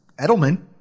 Edelman